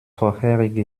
vorherige